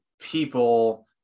people